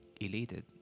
elated